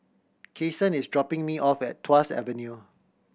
Kason is dropping me off at Tuas Avenue